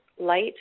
light